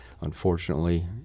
unfortunately